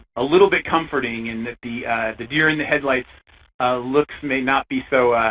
a little bit comforting and that the the deer in the headlights looks may not be so